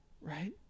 right